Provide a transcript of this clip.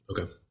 Okay